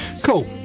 Cool